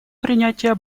принятия